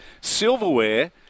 silverware